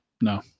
No